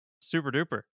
Super-duper